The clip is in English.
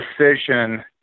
decision